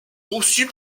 conçues